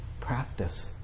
practice